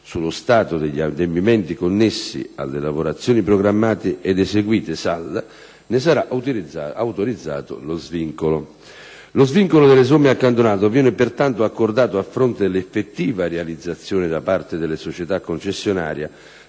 sullo stato degli adempimenti connessi alle lavorazioni programmate ed eseguite (SAL), ne sarà autorizzato lo svincolo. Lo svincolo delle somme accantonate viene pertanto accordato a fronte dell'effettiva realizzazione da parte delle società concessionarie